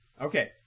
Okay